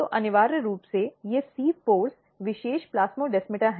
तो अनिवार्य रूप से ये सिव़ पोर्स विशेष प्लास्मोडेमाटा हैं